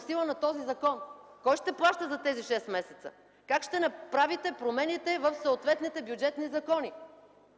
сила на този закон. Кой ще плаща за тези шест месеца? Как ще направите промените в съответните бюджетни закони?